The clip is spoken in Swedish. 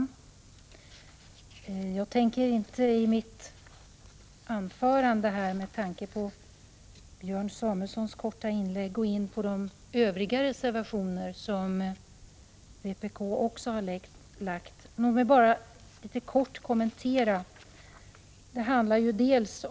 Herr talman! Med tanke på Björn Samuelsons korta inlägg tänker jag i mitt anförande inte gå in på de övriga reservationer som har avgivits, också av vpk. Låt mig bara kort något kommentera vad reservationerna berör.